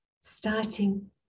starting